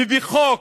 ובחוק,